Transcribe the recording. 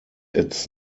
its